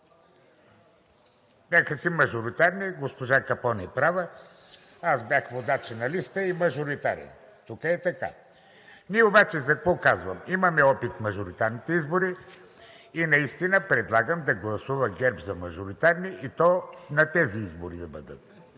Бяха си мажоритарни и госпожа Капон е права. Аз бях водач на листа и мажоритарен. Тук е така. Ние обаче, какво казвам – имаме опит в мажоритарните избори и наистина предлагам да гласува ГЕРБ за мажоритарни, и то на тези избори да бъдат.